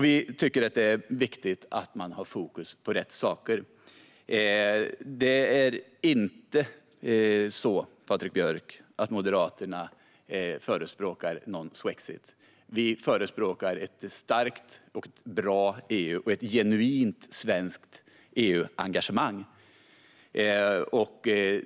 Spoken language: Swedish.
Vi tycker att det är viktigt att man har fokus på rätt saker. Det är inte så, Patrik Björck, att Moderaterna förespråkar svexit. Vi förespråkar ett starkt och bra EU och ett genuint svenskt EU-engagemang.